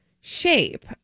shape